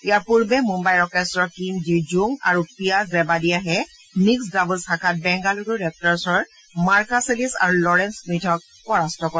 ইয়াৰ পূৰ্বে মুদ্মই ৰকেটছৰ কিম জি জুং আৰু পিয়া জেবাদিয়াহে মিক্সড ডাবলছ শাখাত বেংগালুৰু ৰেপ্টৰছৰ মাৰ্কাচেলিছ আৰু লৰেঞ্চ স্মিথক পৰাস্ত কৰে